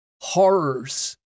horrors